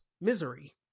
Misery